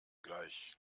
gleich